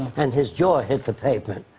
and his jaw hit the pavement.